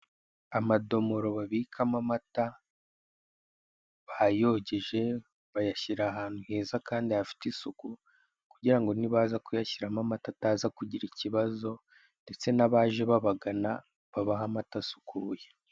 Amadomoro babikamo amata bayogeje bayashyira ahantu heza kandi hafite isuku kugira ngo ntibaza kuyashyiramo amata ataza kugira ikibazo, ndetse n'abaje babagana babahe amata asukuye.